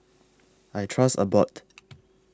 I Trust Abbott